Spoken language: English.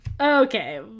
Okay